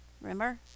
Remember